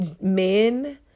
men